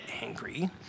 angry